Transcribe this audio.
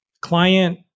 client